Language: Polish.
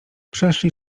przeszli